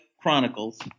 Chronicles